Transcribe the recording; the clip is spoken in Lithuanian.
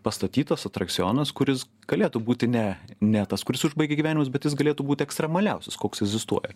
pastatytas atrakcionas kuris galėtų būti ne ne tas kuris užbaigia gyvenimus bet jis galėtų būti ekstremaliausias koks egzistuoja